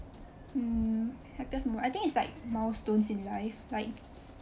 hmm happiest moment I think it's like milestones in life like